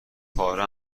پاره